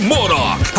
Monarch